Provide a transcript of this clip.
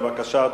אדוני, בבקשה.